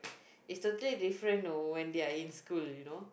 is totally different know when are in school you know